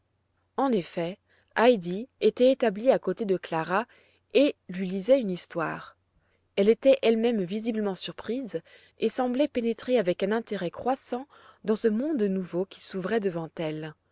en effet heidi était établie à côté de clara et lui lisait une histoire elle était elle-même visiblement surprise et semblait pénétrer avec un intérêt croissant dans ce monde nouveau qui s'ouvrait devant elle